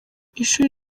ishuri